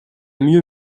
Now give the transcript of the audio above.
mieux